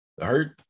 hurt